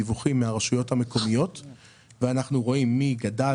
דיווחים מהרשויות המקומיות ואנחנו רואים מי גדל